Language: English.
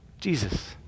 Jesus